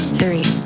three